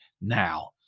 now